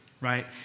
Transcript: right